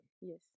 Yes